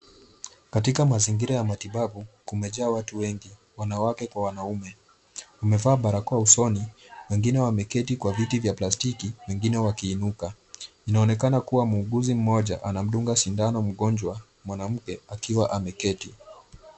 Katika mazingira ya matibabu kumejaa watu wengi, wanawake kwa wanaume. Wamevaa barakoa usoni. Wengine wameketi kwa viti vya plastiki wengine wakiinuka. Inaonekana kuwa muuguzi mmoja anamdunga sindano mgonjwa mwanamke akiwa ameketi.